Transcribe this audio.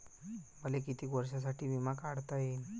मले कितीक वर्षासाठी बिमा काढता येईन?